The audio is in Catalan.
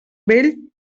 vell